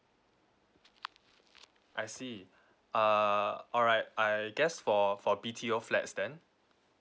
I see uh alright I guess for for B_T_O flats then